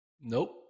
Nope